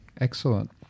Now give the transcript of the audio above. excellent